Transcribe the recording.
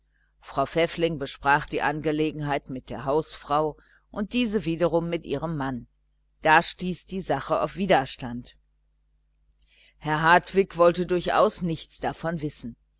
frau pfäffling besprach die sache mit der hausfrau und diese wiederum mit ihrem mann da stieß die sache auf widerstand herr hartwig wollte nichts davon wissen